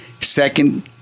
Second